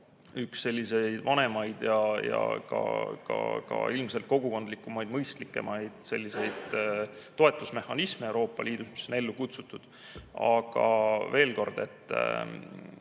üks selliseid vanemaid ja ilmselt ka kogukondlikumaid, mõistlikumaid toetusmehhanisme Euroopa Liidus, mis on ellu kutsutud. Aga veel kord: